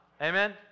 Amen